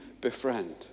befriend